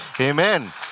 Amen